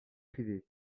privé